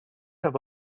have